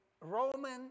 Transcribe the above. Roman